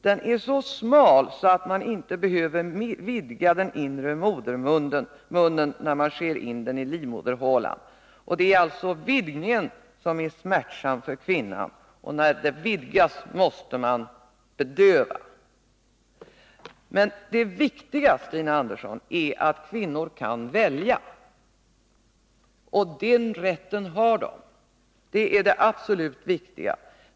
Den är så smal att man inte behöver vidga den inre modermunnen när man för in den i livmoderhålan. Det är alltså vidgningen som är smärtsam för kvinnan, och när det görs en vidgning måste man bedöva. Det viktiga, Stina Andersson, är att kvinnor kan välja — den rätten har de. Det är det absolut viktigaste.